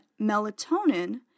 melatonin